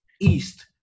east